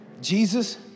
Jesus